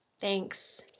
Thanks